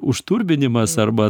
ušturbinimas arba